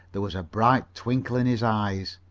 there was a bright twinkle in his eyes.